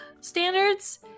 standards